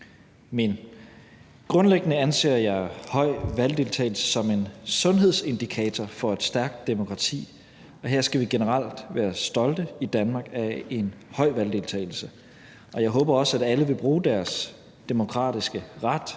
Men grundlæggende anser jeg høj valgdeltagelse som en sundhedsindikator for et stærkt demokrati, og her skal vi i Danmark generelt være stolte af en høj valgdeltagelse. Og jeg håber også, at alle vil bruge deres demokratiske ret